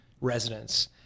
residents